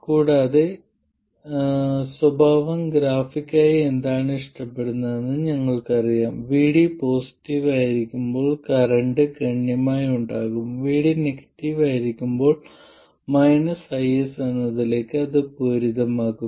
കൂടാതെ സ്വഭാവം ഗ്രാഫിക്കായി എന്താണ് ഇഷ്ടപ്പെടുന്നതെന്ന് ഞങ്ങൾക്കറിയാം വിഡി പോസിറ്റീവ് ആയിരിക്കുമ്പോൾ കറന്റ് ഗണ്യമായി ഉണ്ടാകും VD നെഗറ്റീവായിരിക്കുമ്പോൾ IS എന്നതിലേക്ക് അത് പൂരിതമാകും